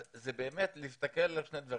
זה באמת להסתכל על שני דברים.